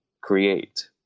create